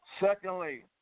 Secondly